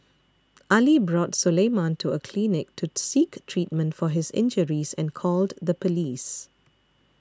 Ali brought Suleiman to a clinic to seek treatment for his injuries and called the police